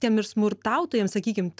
tiem ir smurtautojam sakykim